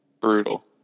Brutal